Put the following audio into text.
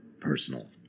Personal